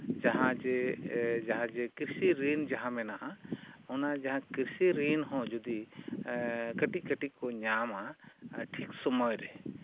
ᱡᱟᱦᱟᱸ ᱡᱮ ᱠᱨᱤᱥᱤ ᱨᱤᱱ ᱡᱟᱦᱟᱸ ᱢᱮᱱᱟᱜᱼᱟ ᱚᱱᱟ ᱡᱟᱦᱟᱸ ᱠᱨᱤᱥᱤ ᱨᱤᱱ ᱦᱚᱸ ᱡᱩᱫᱤ ᱠᱟᱹᱴᱤᱡᱽ ᱠᱟᱹᱴᱤᱡᱽ ᱠᱚ ᱧᱟᱢᱟ ᱴᱷᱤᱠ ᱥᱚᱢᱚᱭ ᱨᱮ